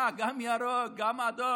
מה, גם ירוק, גם אדום?